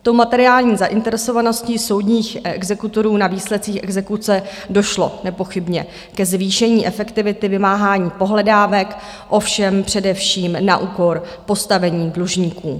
Tou materiální zainteresovaností soudních exekutorů na výsledcích exekuce došlo nepochybně ke zvýšení efektivity vymáhání pohledávek, ovšem především na úkor postavení dlužníků.